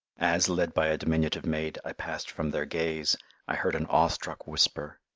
as, led by a diminutive maid, i passed from their gaze i heard an awe-struck whisper,